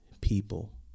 people